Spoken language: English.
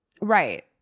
right